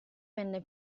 venne